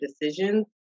decisions